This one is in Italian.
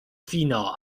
fino